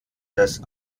das